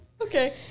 Okay